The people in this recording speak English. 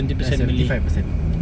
ah seventy five percent